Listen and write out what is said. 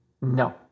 No